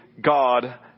God